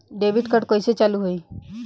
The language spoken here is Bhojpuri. डेबिट कार्ड कइसे चालू होई?